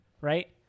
right